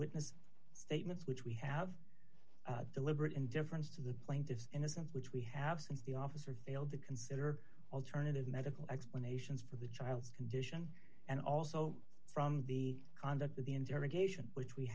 witness statements which we have deliberate indifference to the plaintiff's innocence which we have since the officer failed to consider alternative medical explanations for the child's condition and also from the conduct of the